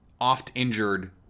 oft-injured